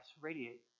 radiate